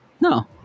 No